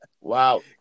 Wow